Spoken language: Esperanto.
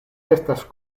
estas